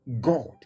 God